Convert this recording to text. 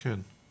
טוב.